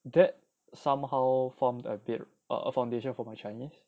that somehow formed a bit err of a foundation for my chinese